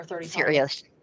Serious